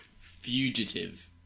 Fugitive